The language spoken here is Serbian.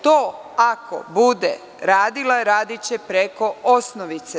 To, ako bude radila, radiće preko osnovice.